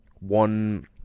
One